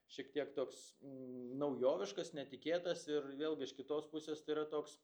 šiek tiek toks naujoviškas netikėtas ir vėlgi iš kitos pusės tai yra toks